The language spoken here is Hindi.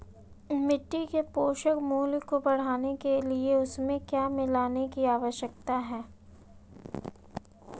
मिट्टी के पोषक मूल्य को बढ़ाने के लिए उसमें क्या मिलाने की आवश्यकता है?